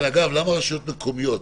אגב, למה רשויות מקומיות?